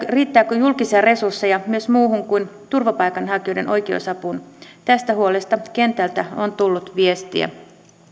riittääkö julkisia resursseja myös muuhun kuin turvapaikanhakijoiden oikeusapuun tästä huolesta on tullut viestiä kentältä